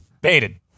Baited